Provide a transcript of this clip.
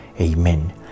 Amen